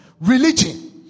religion